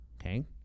Okay